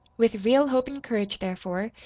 with real hope and courage, therefore,